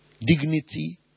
Dignity